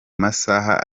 masaha